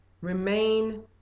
Remain